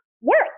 work